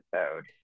episode